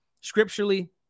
scripturally